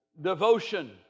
devotion